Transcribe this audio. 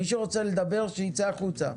מי שרוצה לדבר שיצא החוצה.